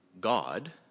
God